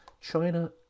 China